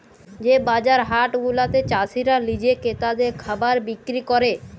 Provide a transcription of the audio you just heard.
যে বাজার হাট গুলাতে চাসিরা লিজে ক্রেতাদের খাবার বিক্রি ক্যরে